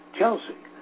Chelsea